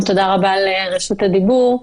תודה רבה על רשות הדיבור.